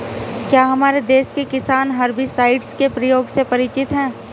क्या हमारे देश के किसान हर्बिसाइड्स के प्रयोग से परिचित हैं?